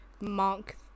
mark